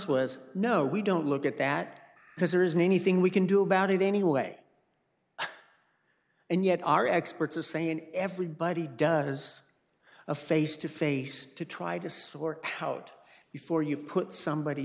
was no we don't look at that because there isn't anything we can do about it anyway and yet our experts are saying everybody does a face to face to try to sort out before you put somebody